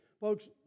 Folks